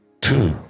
Two